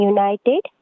United